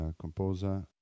Composer